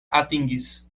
atingis